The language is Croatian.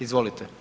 Izvolite.